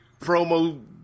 promo